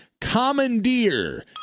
Commandeer